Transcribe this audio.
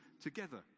together